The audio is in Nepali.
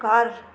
घर